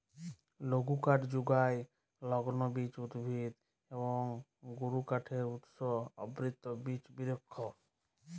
লঘুকাঠ যুগায় লগ্লবীজ উদ্ভিদ এবং গুরুকাঠের উৎস আবৃত বিচ বিরিক্ষ